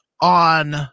on